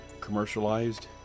commercialized